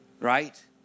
right